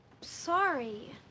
Sorry